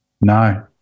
No